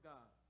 God